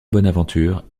bonaventure